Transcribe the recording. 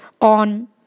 on